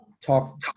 talk